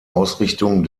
ausrichtung